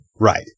Right